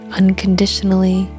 unconditionally